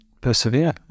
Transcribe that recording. persevere